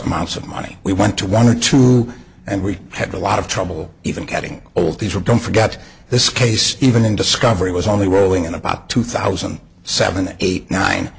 amounts of money we went to one or two and we had a lot of trouble even getting old these were don't forget this case even in discovery was only rolling in about two thousand seven eight nine